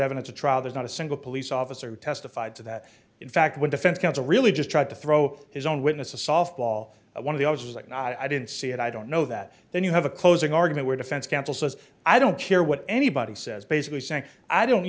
evidence a trial there's not a single police officer who testified to that in fact when defense counsel really just tried to throw his own witness a softball at one of the i was like no i didn't see it i don't know that then you have a closing argument where defense counsel says i don't care what anybody says basically saying i don't